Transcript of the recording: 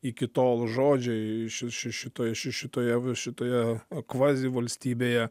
iki tol žodžiai ši šitoj šitoje va šitoje kvazivalstybėje